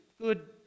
good